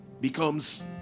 becomes